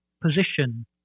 position